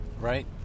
Right